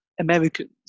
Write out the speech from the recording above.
Americans